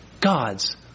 God's